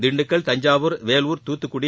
Dindigul Thanjavur Vellore Thoothukudi